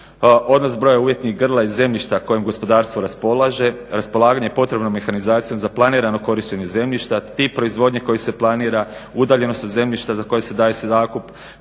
odnos broja umjetnih grla i zemljišta kojim gospodarstvo raspolaže, raspolaganje potrebnom mehanizacijom za planirano korištenje zemljišta, tip proizvodnje koji se planira, udaljenost od zemljišta za koje se daje zakup,